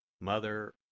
Mother